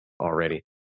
already